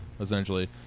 essentially